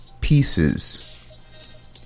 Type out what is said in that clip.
pieces